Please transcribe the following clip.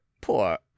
poor